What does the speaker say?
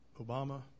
Obama